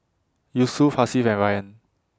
Yusuf Hasif and Ryan